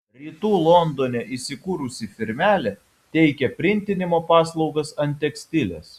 rytų londone įsikūrusi firmelė teikia printinimo paslaugas ant tekstiles